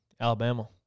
Alabama